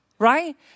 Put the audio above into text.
right